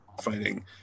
fighting